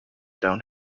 down